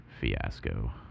fiasco